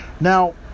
Now